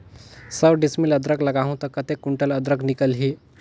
सौ डिसमिल अदरक लगाहूं ता कतेक कुंटल अदरक निकल ही?